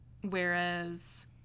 Whereas